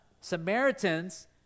Samaritans